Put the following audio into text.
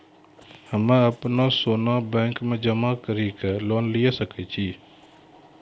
हम्मय अपनो सोना बैंक मे जमा कड़ी के लोन लिये सकय छियै?